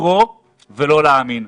"לקרוא ולא להאמין".